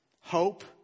hope